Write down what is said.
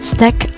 Stack